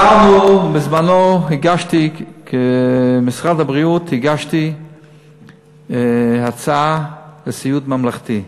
בזמנו, במשרד הבריאות, הגשתי הצעה לסיעוד ממלכתי.